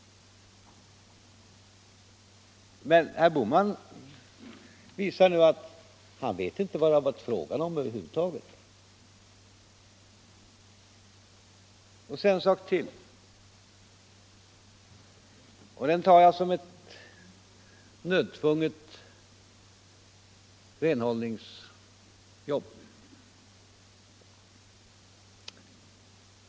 Och här visar nu herr Bohman att han inte vet vad det har varit fråga om över huvud taget. Så en sak till, och den tar jag som ett nödtvunget renhållningsjobb.